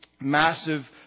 massive